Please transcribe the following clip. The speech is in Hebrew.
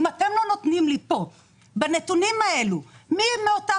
אם אתם לא נותנים לי כאן בנתונים האלו מי אלה אותן